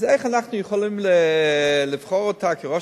אז איך אנחנו יכולים לבחור אותה כראש